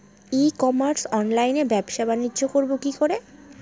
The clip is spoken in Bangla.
ই কমার্স অনলাইনে ব্যবসা বানিজ্য করব কি করে?